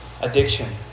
Addiction